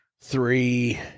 three